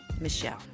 Michelle